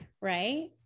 right